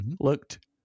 Looked